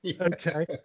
okay